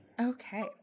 Okay